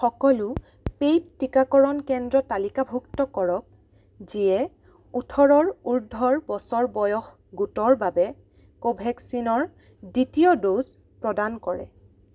সকলো পে'ইড টিকাকৰণ কেন্দ্ৰ তালিকাভুক্ত কৰক যিয়ে ওঠৰৰ ঊৰ্ধৰ বছৰ বয়স গোটৰ বাবে কভেক্সিনৰ দ্বিতীয় ড'জ প্ৰদান কৰে